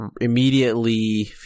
immediately